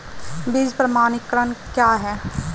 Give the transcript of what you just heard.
बीज प्रमाणीकरण क्या है?